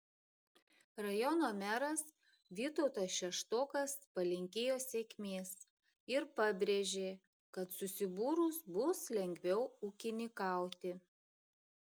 rajono meras vytautas šeštokas palinkėjo sėkmės ir pabrėžė kad susibūrus bus lengviau ūkininkauti